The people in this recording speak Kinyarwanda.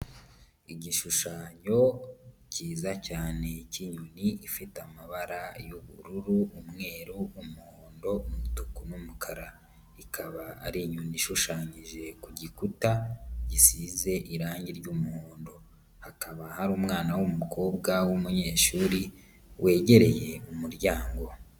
Igishushanyo cyiza cyane cy'inyoni ifite amabara y'ubururu, umweru, umuhondo, umutuku n' numukara, ikaba ari inyoni ishushanyije ku gikuta gisize irangi ry'umuhondo, hakaba hari umwana w'umukobwa w'umunyeshuri wegereye umuryango.